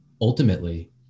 ultimately